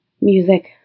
music